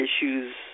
issues